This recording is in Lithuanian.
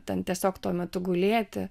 ten tiesiog tuo metu gulėti